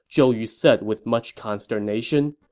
zhou yu said with much consternation.